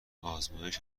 آزمایش